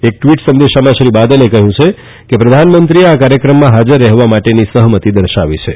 એક ટીવટ સંદેશામાં શ્રી બાદલે કહ્યું છે કે પ્રધાનમંત્રીએ આ કાર્યક્રમમાં હાજર રહેવા માટે સહમતી દર્શાવી છે